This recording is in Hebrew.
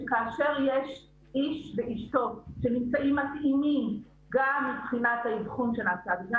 שכאשר יש "איש ואשתו" שנמצאים מתאימים גם מבחינת האבחון שנעשה וגם